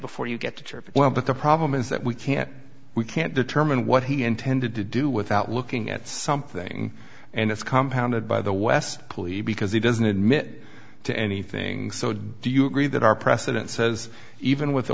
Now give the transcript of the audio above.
before you get to church well but the problem is that we can't we can't determine what he intended to do without looking at something and it's compound and by the west police because he doesn't admit to anything so do you agree that our president says even with